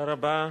תודה רבה.